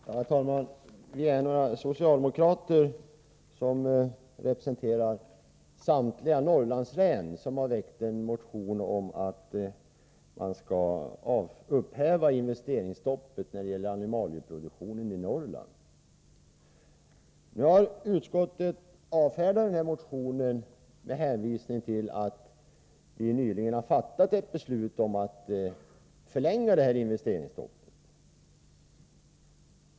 Herr talman! Jag och några andra socialdemokrater — tillsammans representerar vi samtliga Norrlandslän — har väckt en motion om att man skall upphäva investeringsstoppet när det gäller animalieproduktionen i Norrland. Nu har utskottet avstyrkt den här motionen med hänvisning till att riksdagen nyligen har fattat ett beslut om att förlänga det här investeringsstoppet.